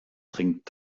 trinkt